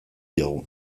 diogu